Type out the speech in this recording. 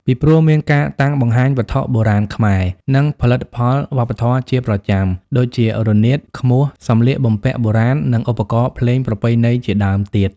ពីព្រោះមានការតាំងបង្ហាញវត្ថុបុរាណខ្មែរ និងផលិតផលវប្បធម៌ជាប្រចាំ ដូចជា រនាត ឃ្មោះ សម្លៀកបំពាក់បុរាណ និងឧបករណ៍ភ្លេងប្រពៃណីជាដើមទៀត។